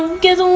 gifts.